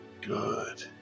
good